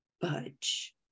budge